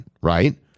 Right